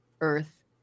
earth